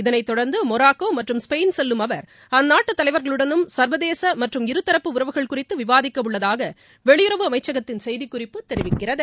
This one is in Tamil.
இதனைத் தொடர்ந்து மொராக்கோ மற்றும் ஸ்பெயின் செல்லும் அவர் அந்நாட்டு தலைவர்களுடனும் ச்வதேச மற்றும் இருதரப்பு உறவுகள் குறித்து விவாதிக்க உள்ளதாக வெளியுறவு அமைச்சகத்தின் செய்திக்குறிப்பு தெரிவிக்கிறது